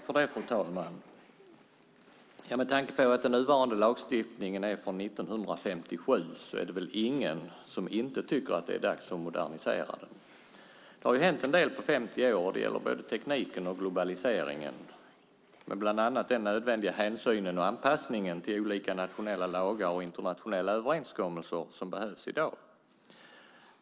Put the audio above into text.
Fru talman! Med tanke på att den nuvarande lagstiftningen är från 1957 är det väl inte någon som inte tycker att det är dags att modernisera den. Det har hänt en del på 50 år. Det gäller både tekniken och globaliseringen med bland annat den nödvändiga hänsynen och anpassningen till olika nationella lagar och internationella överenskommelser som behövs i dag.